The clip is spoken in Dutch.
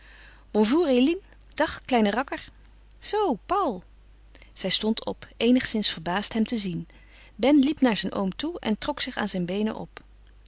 bonjour eline dag kleine rakker zoo paul zij stond op eenigszins verbaasd hem te zien ben liep naar zijn oom toe en trok zich aan zijn beenen op